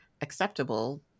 acceptable